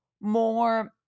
more